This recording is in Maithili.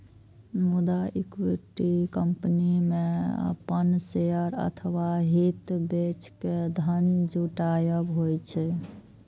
मुदा इक्विटी कंपनी मे अपन शेयर अथवा हित बेच के धन जुटायब होइ छै